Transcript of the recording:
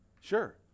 Sure